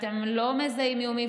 אתם לא מזהים מי הוא מי,